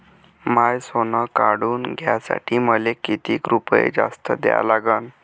माय सोनं काढून घ्यासाठी मले कितीक रुपये जास्त द्या लागन?